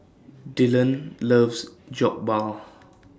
Dylon loves Jokbal